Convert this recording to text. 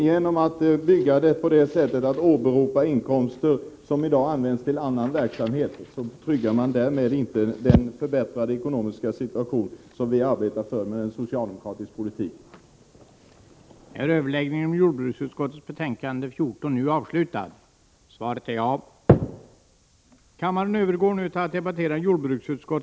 Genom att räkna med inkomster som i dag används till annan verksamhet uppnår man inte den förbättring av den ekonomiska situationen, som den socialdemokratiska politiken syftar till.